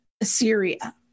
Assyria